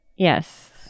Yes